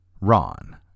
Ron